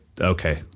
okay